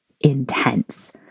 intense